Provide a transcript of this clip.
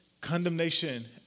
condemnation